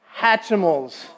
Hatchimals